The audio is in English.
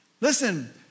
Listen